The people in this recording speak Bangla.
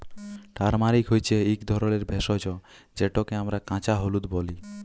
টারমারিক হছে ইক ধরলের ভেষজ যেটকে আমরা কাঁচা হলুদ ব্যলি